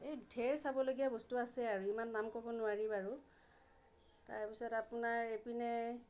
এই ঢেৰ চাবলগীয়া বস্তু আছে আৰু ইমান নাম ক'ব নোৱাৰি বাৰু তাৰ পিছত আপোনাৰ এপিনে